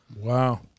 Wow